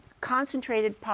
concentrated